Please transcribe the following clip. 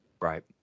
Right